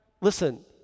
Listen